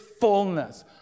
fullness